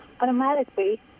automatically